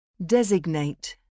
Designate